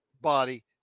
body